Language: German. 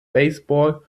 baseball